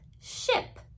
ship